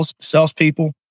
salespeople